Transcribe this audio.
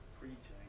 preaching